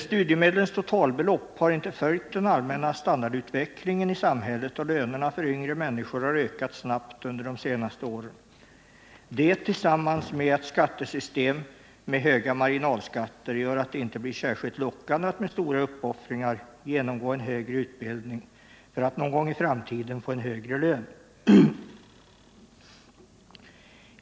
Studiemedlens totala belopp har inte följt den allmänna standardutvecklingen i samhället. Lönerna för yngre människor har ökat snabbt under de senaste åren. Detta tillsammans med ett skattesystem med höga marginalskatter gör att det inte blir särskilt lockande att med stora uppoffringar genomgå en högre utbildning för att någon gång i framtiden få en högre lön.